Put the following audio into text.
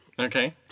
Okay